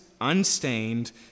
unstained